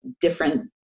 different